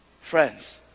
Friends